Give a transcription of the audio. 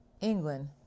England